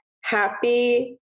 happy